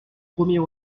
premier